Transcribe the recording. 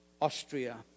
Austria